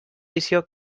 visió